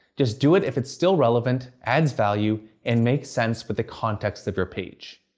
just do it if it's still relevant, adds value, and makes sense with the context of your page.